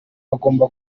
agomba